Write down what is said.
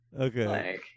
Okay